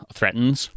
Threatens